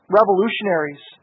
revolutionaries